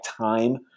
time